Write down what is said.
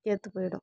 ஏற்று போயிடும்